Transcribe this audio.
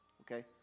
Okay